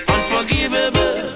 Unforgivable